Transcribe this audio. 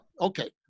Okay